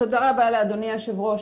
תודה רבה לאדוני היושב-ראש,